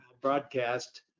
broadcast